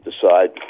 decide